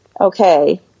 okay